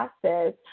process